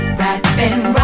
rapping